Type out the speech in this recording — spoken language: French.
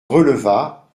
releva